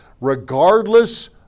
regardless